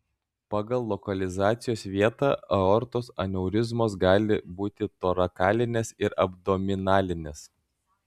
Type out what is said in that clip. pagal lokalizacijos vietą aortos aneurizmos gali būti torakalinės ir abdominalinės